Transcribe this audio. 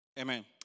Amen